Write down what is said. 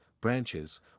branches